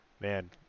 man